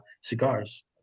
cigars